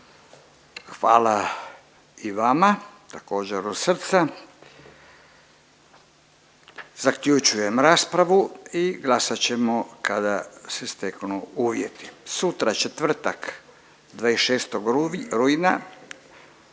Hvala i vama također od srca. Zaključujem raspravu i glasat ćemo kada se steknu uvjeti. Sutra, četvrtak 26. rujna